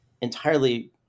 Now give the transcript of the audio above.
entirely